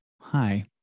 Hi